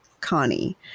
Connie